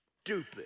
stupid